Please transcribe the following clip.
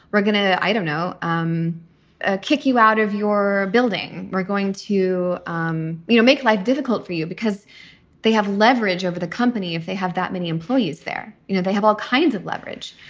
we're going to, i don't know, um ah kick you out of your building. we're going to, um you know, make life difficult for you because they have leverage over the company. if they have that many employees there, you know, they have all kinds of leverage,